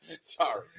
sorry